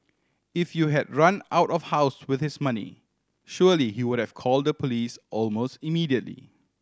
if you had run out of house with his money surely he would have called the police almost immediately